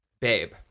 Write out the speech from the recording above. Babe